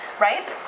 right